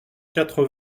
quatre